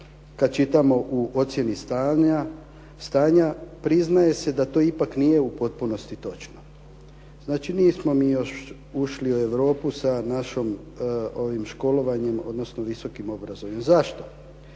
kad čitamo u ocjeni stanja priznaje se da to ipak nije u potpunosti točno. Znači, nismo mi još ušli u Europu sa našim školovanjem, odnosno visokim obrazovanjem. Zašto?